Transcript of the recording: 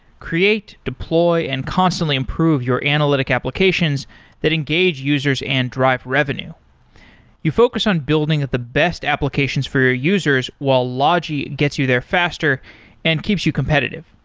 create, deploy and constantly improve your analytic applications that engage users and drive revenue you focus on building at the best applications for your users, while logi gets you there faster and keeps you competitive.